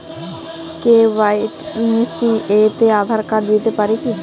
KYC তে Aadhaar card দিতে পারি কি?